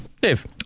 Dave